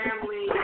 family